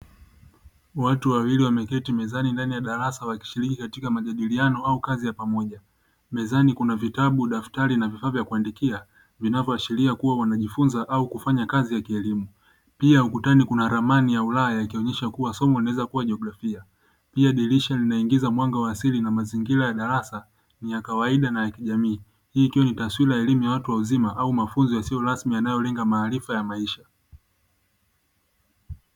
Watu wawili wameketi mezani ndani ya darasa wakishiriki katika majadiliano au kazi ya pamoja. Mezani kuna vitabu, daftari na vifaa vya kuandikia vinavyo ashiria kuwa wanajifunza au kufanya kazi ya kielemu. Pia ukutani kuna ramani ya ulaya ikionyesha kuwa somo linaweza kuwa jiografia. Pia dirisha linaingiza mwanga wa asili na mazingira ya darasa ni ya kawaida na ya kijamii; hii ikiwa ni taswira ya elimu watu wazima au mafunzo yasiyo rasmi yanayolenga maarifa ya maisha.